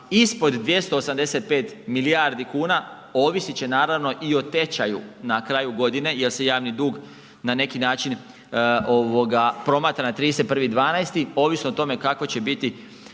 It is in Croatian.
ispod 285 milijardi kuna ovisit će naravno i o tečaju na kraju godine jer se javni dug na neki način ovoga promatra na 31.12. ovisno o tome kakvo će biti